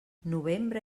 novembre